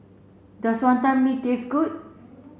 does Wantan Mee taste good